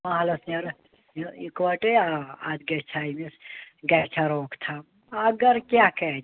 محلَس نیرُن اِکوٹے آ اَدٕ گَژھہِ ہا أمس گَژھہِ ہا روک تھام اَکھ گھرٕ کیٛاہ کَرٕ